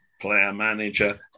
player-manager